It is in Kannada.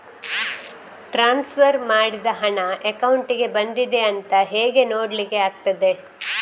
ಟ್ರಾನ್ಸ್ಫರ್ ಮಾಡಿದ ಹಣ ಅಕೌಂಟಿಗೆ ಬಂದಿದೆ ಅಂತ ಹೇಗೆ ನೋಡ್ಲಿಕ್ಕೆ ಆಗ್ತದೆ?